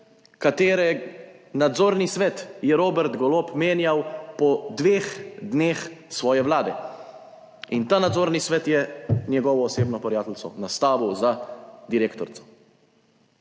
katere nadzorni svet je Robert Golob menjal po dveh dneh svoje vlade. In ta nadzorni svet je njegovo osebno prijateljico nastavil za direktorico.